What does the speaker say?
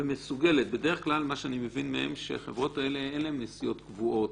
ומסוגלת בדרך כלל אני מבין מהם שלחברות האלה אין נסיעות קבועות,